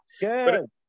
Good